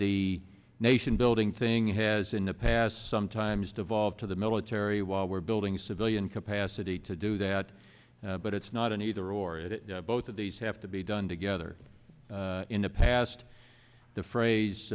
the nation building thing has in the past sometimes devolved to the military while we're building civilian capacity to do that but it's not an either or it is both of these have to be done together in the past the phrase